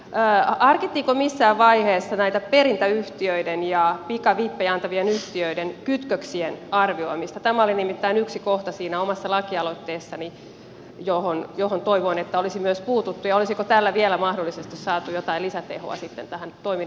harkittiinko missään vaiheessa näiden perintäyhtiöiden ja pikavippejä antavien yhtiöiden kytköksien arvioimista tämä oli nimittäin yksi kohta siinä omassa lakialoitteessani johon toivoin että olisi myös puututtu ja olisiko tällä vielä mahdollisesti saatu jotain lisätehoa tähän toiminnan suitsimiseen